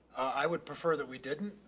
i would prefer that we didn't,